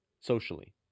Socially